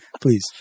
Please